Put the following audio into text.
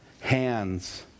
hands